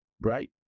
right